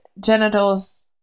genitals